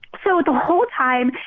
so the whole time,